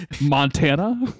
Montana